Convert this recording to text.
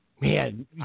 Man